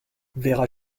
vera